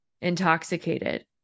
intoxicated